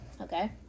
okay